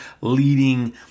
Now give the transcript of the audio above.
leading